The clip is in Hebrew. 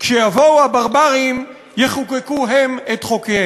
/ כשיבואו הברברים יחוקקו את חוקיהם".